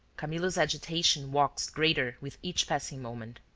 camillo's agitation waxed greater with each passing moment.